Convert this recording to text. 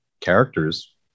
characters